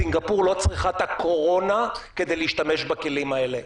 סינגפור לא צריכה את הקורונה כדי להשתמש בכלים האלה.